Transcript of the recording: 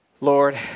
Lord